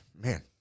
Man